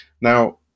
Now